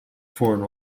foreign